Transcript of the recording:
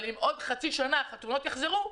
אבל אם עוד חצי שנה החתונות יחזרו,